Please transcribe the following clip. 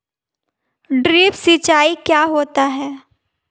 Drip सिंचाई क्या होती हैं?